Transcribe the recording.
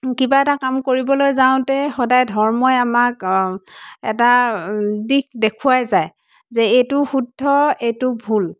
কিবা এটা কাম কৰিবলৈ যাওঁতে সদায় ধৰ্মই আমাক এটা দিশ দেখুৱাই যায় যে এইটো শুদ্ধ এইটো ভুল